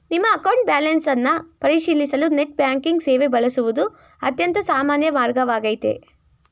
ನಿಮ್ಮ account balance ಅನ್ನ ಪರಿಶೀಲಿಸಲು ನೆಟ್ ಬ್ಯಾಂಕಿಂಗ್ ಸೇವೆ ಬಳಸುವುದು ಅತ್ಯಂತ ಸಾಮಾನ್ಯ ಮಾರ್ಗವಾಗೈತೆ